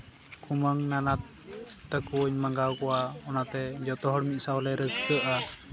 ᱠᱩᱢᱟᱹᱝ ᱼᱱᱟᱱᱟ ᱛᱟᱠᱚᱧ ᱢᱟᱸᱜᱟᱣ ᱠᱚᱣᱟ ᱚᱱᱟᱛᱮ ᱡᱷᱚᱛᱚ ᱦᱚᱲ ᱢᱤᱫ ᱥᱟᱶᱞᱮ ᱨᱟᱹᱥᱠᱟᱹᱜᱼᱟ